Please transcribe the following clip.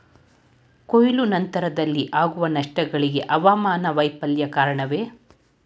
ಕೊಯ್ಲು ನಂತರದಲ್ಲಿ ಆಗುವ ನಷ್ಟಗಳಿಗೆ ಹವಾಮಾನ ವೈಫಲ್ಯ ಕಾರಣವೇ?